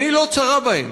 עיני לא צרה בהם,